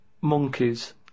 monkeys